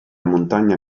montagna